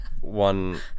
one